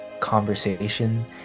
conversation